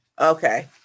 Okay